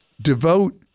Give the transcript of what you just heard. devote